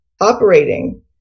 operating